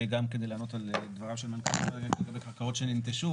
גם כדי לענות על דבריו של מנכ"ל משרד האנרגיה לגבי קרקעות שננטשו,